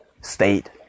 state